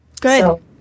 Good